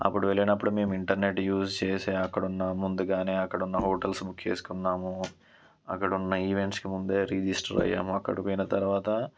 అప్పుడు వెళ్ళినప్పుడు మేము ఇంటర్నెట్ యూస్ చేసే అక్కడ ఉన్న ముందుగానే అక్కడ ఉన్న హోటల్స్ బుక్ చేసుకున్నాము అక్కడ ఉన్న ఈవెంట్స్కి ముందే రిజిస్టర్ అయ్యాము అక్కడ పోయిన తర్వాత